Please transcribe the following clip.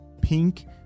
pink